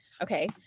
Okay